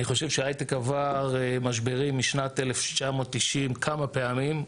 אני חושב שההייטק עבר משברים משנת 1990 כמה פעמים,